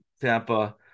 Tampa